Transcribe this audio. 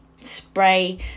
spray